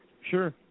Sure